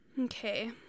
Okay